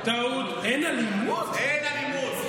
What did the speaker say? אין אלימות.